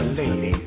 lady